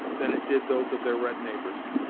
than it did those of their red neighbors.